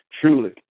truly